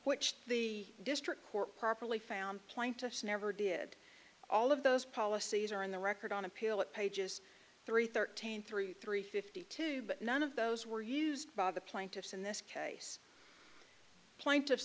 which the district court properly found plaintiffs never did all of those policies are in the record on appeal at pages three thirteen through three fifty two but none of those were used by the plaintiffs in this case plaintiffs